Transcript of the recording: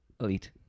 Elite